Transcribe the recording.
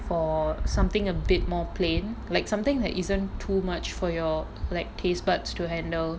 for something a bit more plain like something that isn't too much for your like taste buds to handle